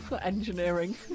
engineering